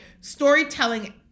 Storytelling